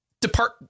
depart